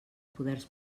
poders